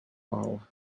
vol